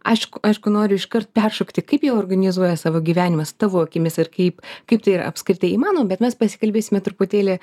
aišku aišku noriu iškart peršokti kaip jie organizuoja savo gyvenimas tavo akimis ir kaip kaip tai yra apskritai įmanoma bet mes pasikalbėsime truputėlį